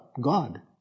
god